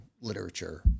literature